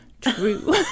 true